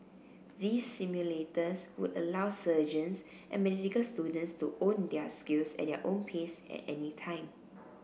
these simulators would allow surgeons and medical students to hone their skills at their own pace at any time